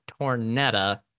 Tornetta